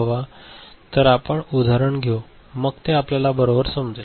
तर आपण उदाहरण घेऊ मग ते आपल्याला बरोबर समजेल